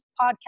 podcast